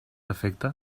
efecte